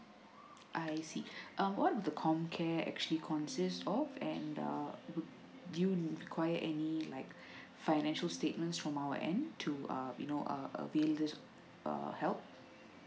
I see uh what the com care actually consists of and um do you require any like financial statements from our end to uh you know uh available uh help